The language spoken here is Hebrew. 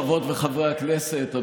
חברות וחברי הכנסת,